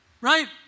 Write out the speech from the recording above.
right